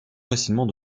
facilement